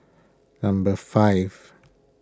number five